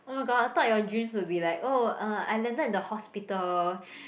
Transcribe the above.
oh my god I thought your dreams will be like oh uh I landed in the hospital